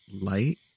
light